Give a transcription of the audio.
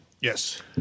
Yes